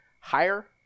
higher